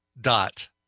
dot